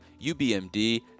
UBMD